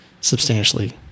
substantially